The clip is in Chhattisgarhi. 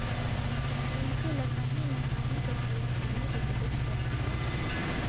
मइनसे ल काहीं न काहीं कर पइरसानी रहबेच करथे